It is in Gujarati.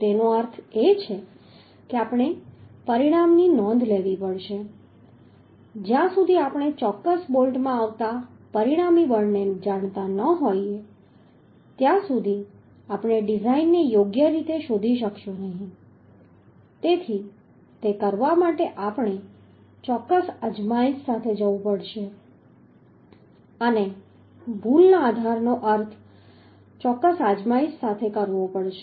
તો તેનો અર્થ એ છે કે આપણે પરિણામની નોંધ લેવી પડશે જ્યાં સુધી આપણે ચોક્કસ બોલ્ટમાં આવતા પરિણામી બળને જાણતા ન હોઈએ ત્યાં સુધી આપણે ડિઝાઇનને યોગ્ય રીતે શોધી શકીશું નહીં તેથી તે કરવા માટે આપણે ચોક્કસ અજમાયશ સાથે જવું પડશે અને ભૂલના આધારનો અર્થ ચોક્કસ અજમાયશ સાથે કરવો પડશે